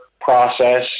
process